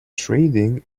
trading